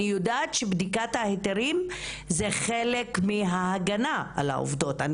אני יודעת שבדיקת ההיתרים זה חלק מההגנה על העובדות.